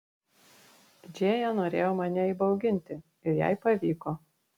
džėja norėjo mane įbauginti ir jai pavyko